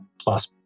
plus